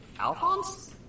Alphonse